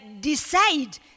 decide